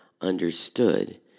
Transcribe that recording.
understood